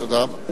תודה.